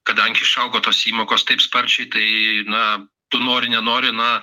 kadangi išaugo tos įmokos taip sparčiai tai na tu nori nenori na